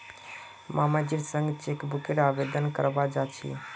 मामाजीर संग चेकबुकेर आवेदन करवा जा छि